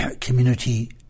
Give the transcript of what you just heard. community